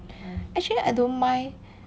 actually I don't min